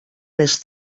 més